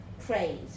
praise